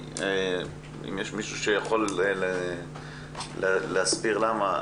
ואם יש מישהו שיכול להסביר למה,